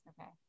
okay